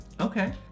Okay